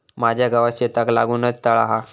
माझ्या गावात शेताक लागूनच तळा हा